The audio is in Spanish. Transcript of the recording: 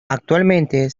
actualmente